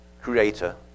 creator